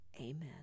Amen